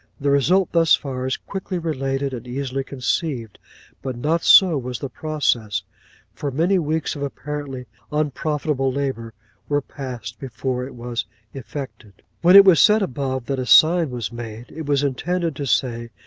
the result thus far, is quickly related, and easily conceived but not so was the process for many weeks of apparently unprofitable labour were passed before it was effected. when it was said above that a sign was made, it was intended to say,